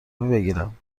بگیرم